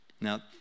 Now